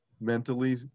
mentally